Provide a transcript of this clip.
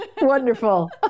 Wonderful